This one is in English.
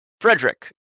Frederick